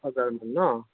ন